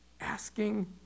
asking